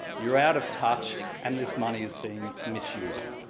you're out of touch and this money is being misused.